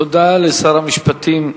תודה לשר המשפטים,